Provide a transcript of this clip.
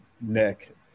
Nick